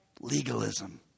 legalism